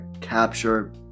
capture